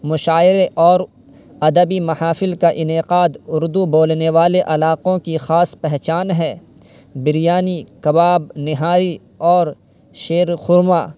مشاعرے اور ادبی محافل کا انعقاد اردو بولنے والے علاقوں کی خاص پہچان ہے بریانی کباب نہاری اور شیر خورمہ